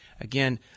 Again